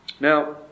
Now